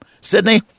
Sydney